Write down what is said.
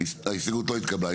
0 ההסתייגות לא התקבלה.